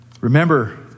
Remember